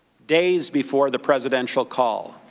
days before the presidential call.